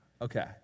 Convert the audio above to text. Okay